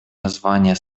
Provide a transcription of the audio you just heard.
название